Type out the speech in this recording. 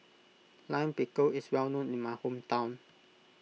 Lime Pickle is well known in my hometown